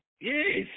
Yes